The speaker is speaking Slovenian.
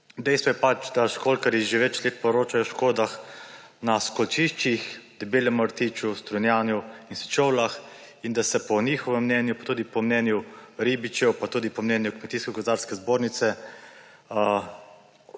Dejstvo je, da školjkarji že več let poročajo o škodah na školjčiščih Debelem rtiču, Strunjanu in Sečovljah, in da se po njihovem mnenju, po mnenju ribičev pa tudi po mnenju Kmetijsko gozdarske zbornice